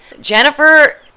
Jennifer